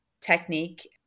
technique